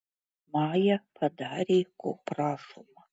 maja padarė ko prašoma